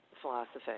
philosophy